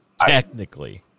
technically